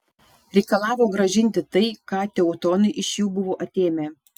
reikalavo grąžinti tai ką teutonai iš jų buvo atėmę